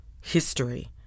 history